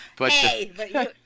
Hey